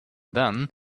then